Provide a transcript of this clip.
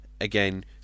again